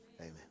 Amen